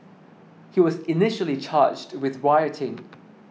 he was initially charged with rioting